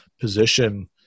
position